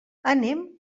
anem